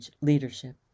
leadership